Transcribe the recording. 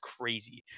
crazy